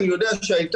אני יודע שהיה